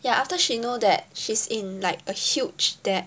ya after she know that she's in like a huge debt